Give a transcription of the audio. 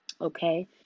okay